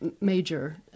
major